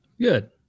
Good